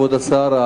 כבוד השר,